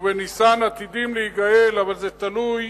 ובניסן עתידים להיגאל, אבל זה תלוי